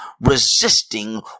resisting